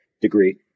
degree